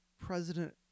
president